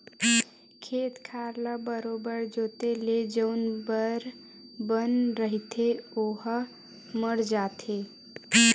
खेत खार ल बरोबर जोंते ले जउन बन रहिथे ओहा मर जाथे